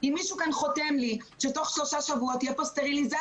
אם מישהו כאן חותם לי שבתוך שלושה שבועות תהיה פה סטריליזציה,